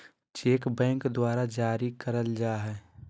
cheque bank द्वारा जारी करल जाय हय